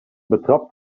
betrapt